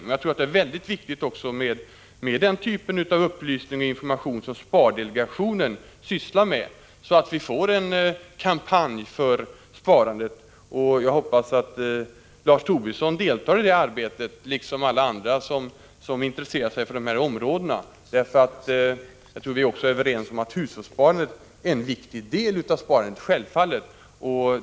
Jag tror också att det är mycket viktigt med den typ av upplysning och information som spardelegationen sysslar med, så att vi får en kampanj för sparandet. Jag hoppas att Lars Tobisson, liksom alla andra som intresserar sig för de här frågorna, deltar i detta arbete. Jag tror att vi också är överens om att hushållssparandet självfallet är en viktig del av sparandet.